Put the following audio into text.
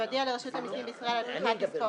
והודיע לרשות המסים בישראל על פתיחת עסקו